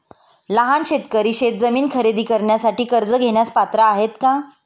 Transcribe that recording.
लहान शेतकरी शेतजमीन खरेदी करण्यासाठी कर्ज घेण्यास पात्र आहेत का?